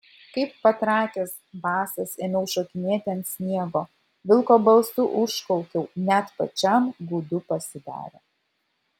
kaip patrakęs basas ėmiau šokinėti ant sniego vilko balsu užkaukiau net pačiam gūdu pasidarė